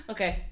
Okay